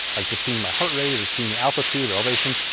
like just seeing my heart rate, or seeing the altitude, or elevation.